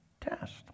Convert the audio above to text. test